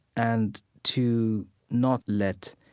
and to not let